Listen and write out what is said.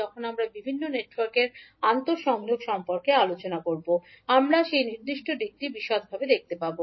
যখন আমরা বিভিন্ন নেটওয়ার্কের আন্তঃসংযোগ সম্পর্কে আলোচনা করব আমরা সেই নির্দিষ্ট দিকটি বিশদভাবে দেখতে পাব